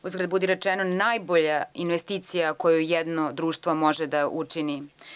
Uzgred budi rečeno, najbolja investicija koje jedno društvo može da učini.